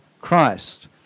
Christ